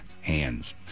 hands